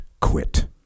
quit